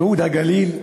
ייהוד הגליל,